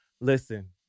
Listen